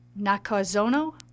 Nakazono